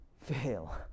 fail